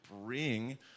bring